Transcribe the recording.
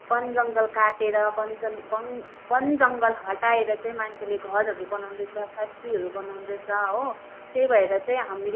बन जङ्गल काटेर बन जङ्गल हटाएर चाहिँ मान्छेले घरहरू बनाउँदैछ फ्याक्ट्रीहरू बनाउँदैछ हो त्यहीँ भएर चाहिँ हामीले